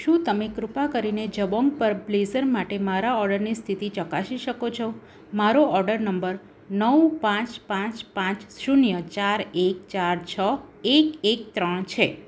શું તમે કૃપા કરીને જબોંગ પર બ્લેઝર માટે મારા ઓર્ડરની સ્થિતિ ચકાસી શકો છો મારો ઓર્ડર નંબર નવ પાંચ પાંચ પાંચ શૂન્ય ચાર એક ચાર છ એક એક ત્રણ છે